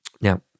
Now